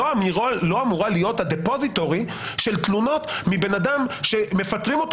לא אמורה להיות מאגר של תלונות מבן אדם שמפטרים אותו